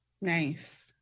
Nice